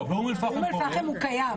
לא, באום אל-פחם כבר --- באום אל-פחם הוא קיים.